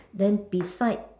then beside